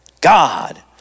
God